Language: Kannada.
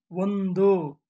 ಒಂದು